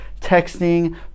texting